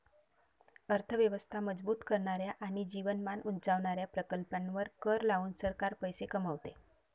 अर्थ व्यवस्था मजबूत करणाऱ्या आणि जीवनमान उंचावणाऱ्या प्रकल्पांवर कर लावून सरकार पैसे कमवते